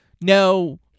no